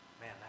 man